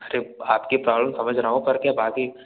अरे आपकी प्रॉब्लम समझ रहा हूँ पर क्या बाकी